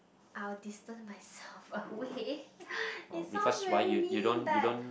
I will distance myself away it sounds very mean but